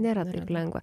nėra lengva